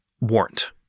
warrant